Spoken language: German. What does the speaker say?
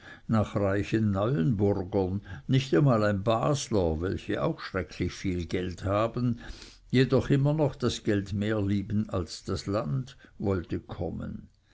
nach reichen neuenburgern nicht einmal ein basler welche auch schrecklich viel geld haben jedoch immer noch das geld mehr lieben als das land wollte kommen